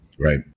right